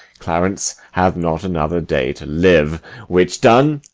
clarence hath not another day to live which done,